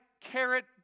carrot